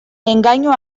engainu